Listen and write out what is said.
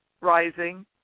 rising